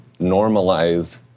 normalize